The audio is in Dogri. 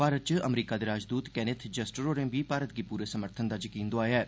भारत च अमरीका दे राजदूत केन्नेथ जस्टर होरें बी भारत गी पूरे समर्थन दा यकीन दोआया ऐ